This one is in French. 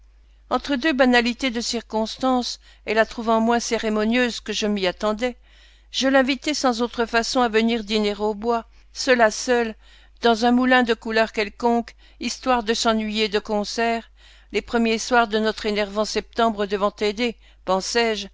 entre deux banalités de circonstance et la trouvant moins cérémonieuse que je ne m'y attendais je l'invitai sans autres façons à venir dîner au bois seule à seul dans un moulin de couleur quelconque histoire de s'ennuyer de concert les premiers soirs de notre énervant septembre devant aider